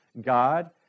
God